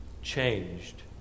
Changed